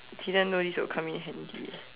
didn't know this will come in handy